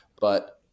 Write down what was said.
but-